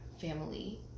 family